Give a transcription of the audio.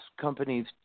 companies